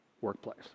workplace